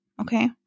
Okay